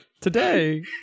Today